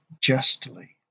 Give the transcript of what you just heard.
justly